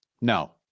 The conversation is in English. No